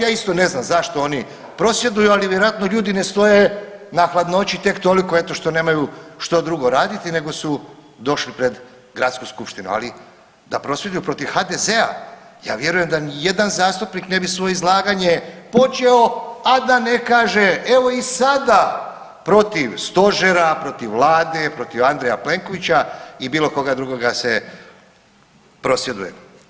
Ja isto ne znam zašto oni prosvjeduju, ali vjerojatno ljudi ne stoje na hladnoći tek toliko eto što nemaju što drugo raditi nego su došli pred gradsku skupštinu, ali da prosvjeduju protiv HDZ-a ja vjerujem da nijedan zastupnik ne bi svoje izlaganje počeo, a da ne kaže evo i sada protiv stožera, protiv vlade, protiv Andreja Plenkovića i bilo koga drugoga se prosvjeduje.